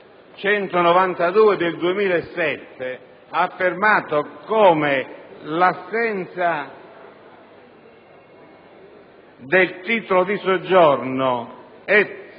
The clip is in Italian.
n. 192 del 2007, ha affermato come l'assenza del titolo di soggiorno è